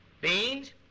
Beans